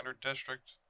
district